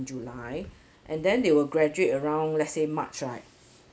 in july and then they will graduate around let's say march right